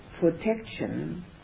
protection